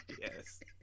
Yes